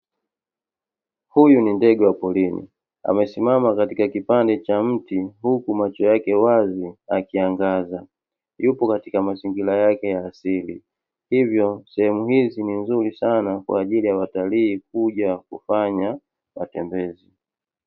Huyu ni ndege wa porini, amesimama katika kipande cha mti huku macho yake wazi yakiangaza. Yupo katika mazingira yake ya asili, hivyo sehemu hizi ni nzuri sana kwa ajili ya watalii kuja kufanya matembezi.